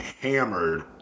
hammered